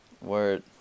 Word